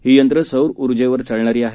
ही यंत्र सौर उर्जेवर चालणारी आहेत